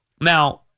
now